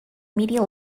media